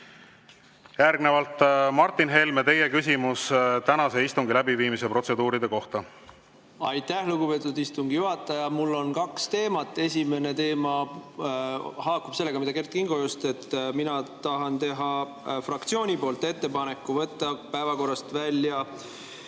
Järgnevalt Martin Helme, teie küsimus tänase istungi läbiviimise protseduuride kohta. Aitäh, lugupeetud istungi juhataja! Mul on kaks teemat. Esimene teema haakub sellega, mille kohta Kert Kingo just küsis. Mina tahan teha fraktsiooni nimel ettepaneku võtta päevakorrast välja